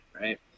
right